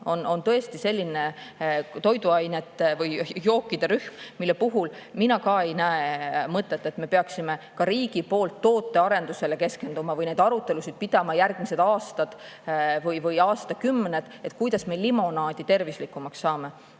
on tõesti selline toiduainete või jookide rühm, mille puhul mina ei näe, et me peaksime riigi poolt tootearendusele keskenduma või pidama järgmised aastad või aastakümned arutelusid, kuidas me limonaadi tervislikumaks saame.